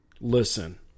Listen